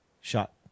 shot